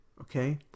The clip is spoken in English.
Okay